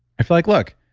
i feel like, look,